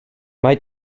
mae